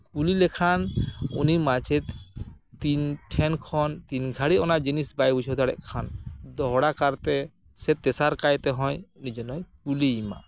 ᱠᱩᱞᱤ ᱞᱮᱠᱷᱟᱱ ᱩᱱᱤ ᱢᱟᱪᱮᱫ ᱛᱤᱱ ᱴᱷᱮᱱ ᱠᱷᱚᱱ ᱛᱤᱱ ᱜᱷᱟᱹᱲᱤᱡ ᱚᱱᱟ ᱡᱤᱱᱤᱥ ᱵᱟᱭ ᱵᱩᱡᱷᱟᱹᱣ ᱫᱟᱲᱮᱜ ᱠᱟᱱ ᱫᱚᱦᱲᱟ ᱠᱟᱨᱛᱮ ᱥᱮ ᱛᱮᱥᱟᱨ ᱠᱟᱭᱛᱮᱦᱚᱸᱭ ᱩᱱᱤ ᱡᱮᱱᱚᱭ ᱠᱩᱞᱤᱭᱮ ᱢᱟ